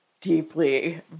deeply